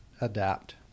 adapt